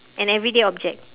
an everyday object